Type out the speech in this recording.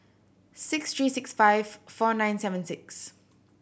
six three six five four nine seven six